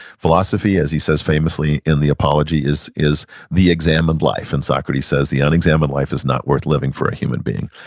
philosophy, as he says famously in the apology, is is the examined life, and socrates says the unexamined life is not worth living for a human being.